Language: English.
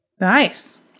Nice